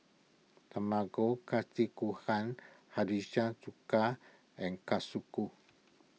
Tamago Gohan Chuka and